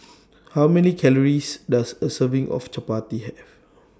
How Many Calories Does A Serving of Chapati Have